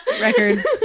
Record